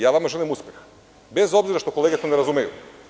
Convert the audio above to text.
Ja vama želim uspeh, bez obzira što kolege to ne razumeju.